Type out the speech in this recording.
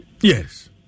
Yes